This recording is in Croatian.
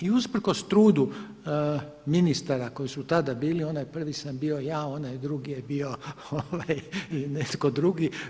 I usprkos trudu ministara koji su tada bili onaj prvi sam bio ja, onaj drugi je bio netko drugi.